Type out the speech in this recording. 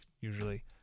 usually